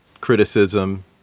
criticism